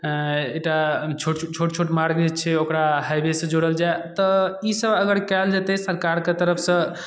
एकटा छोट छोट मार्ग छै ओकरा हाइवेसँ जोड़ल जाए तऽ ईसब अगर कएल जेतै सरकारके तरफसँ